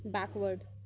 backward